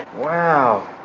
wow!